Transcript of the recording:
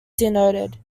denoted